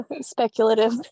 speculative